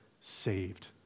saved